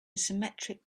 symmetric